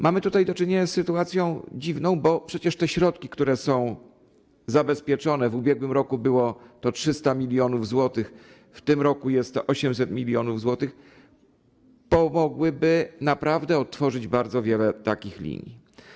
Mamy tutaj do czynienia z sytuacją dziwną, bo przecież te środki, które są zabezpieczone - w ubiegłym roku było to 300 mln zł, w tym roku jest to 800 mln zł - pomogłyby naprawdę odtworzyć bardzo wiele takich linii.